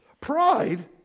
Pride